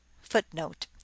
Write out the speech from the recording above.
Footnote